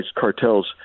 cartels